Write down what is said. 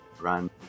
Run